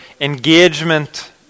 engagement